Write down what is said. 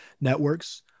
networks